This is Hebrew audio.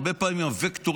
הרבה פעמים הווקטורים,